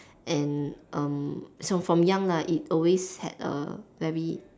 and um so from young lah it always had a very